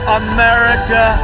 america